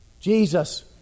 Jesus